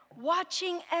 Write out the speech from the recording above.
watching